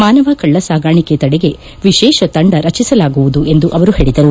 ಮಾನವ ಕಳ್ಳಸಾಗಾಣಿಕೆ ತಡೆಗೆ ವಿಶೇಷ ತಂಡ ರಚಿಸಲಾಗುವುದು ಎಂದು ಅವರು ಹೇಳಿದರು